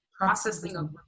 processing